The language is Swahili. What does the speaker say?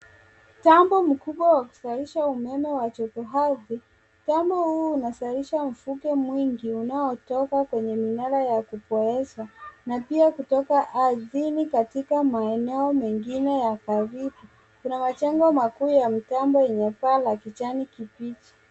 Mtambo mkubwa wa kuzalisha umeme wa jotoardhi. Mtambo huu unazalisha mvuke mwingi unaotoka kwenye minara ya kupoeza na pia kutoka ardhini katika maeneo mengine ya karibu. Kuna majengo makuu ya mitambo yenye paa la kijani kibichi.